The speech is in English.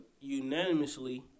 unanimously